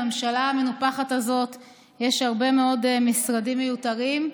בממשלה המנופחת הזאת יש הרבה מאוד משרדים מיותרים.